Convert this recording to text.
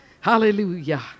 Hallelujah